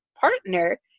partner